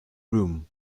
room